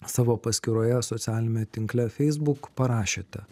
savo paskyroje socialiniame tinkle feisbuk parašėte